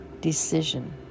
decision